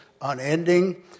unending